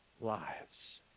lives